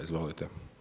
Izvolite.